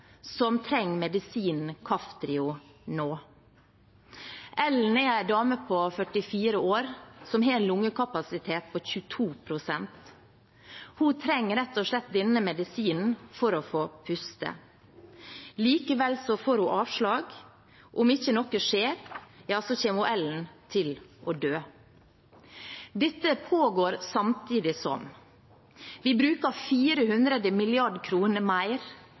som trenger medisinen Kaftrio nå. Ellen er en dame på 46 år som har en lungekapasitet på 22 pst. Hun trenger rett og slett denne medisinen for å få puste. Likevel får hun avslag. Om ikke noe skjer, kommer Ellen til å dø. Dette pågår samtidig som vi bruker 400 mrd. kr mer